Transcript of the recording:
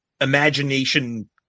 imagination